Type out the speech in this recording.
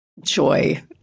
joy